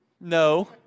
No